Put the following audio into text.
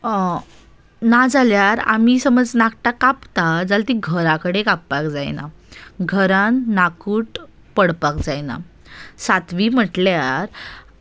नाजाल्यार आमी समज नाकटां कापता जाल्यार ती घरा कडेन कापपाक जायना घरान नाकूट पडपाक जायना सातवी म्हटल्यार